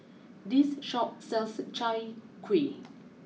this Shop sells Chai Kuih